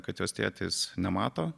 kad jos tėtis nemato